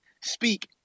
speak